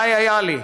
די היה לי.